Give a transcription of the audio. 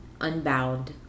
unbound